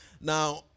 Now